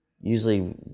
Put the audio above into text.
usually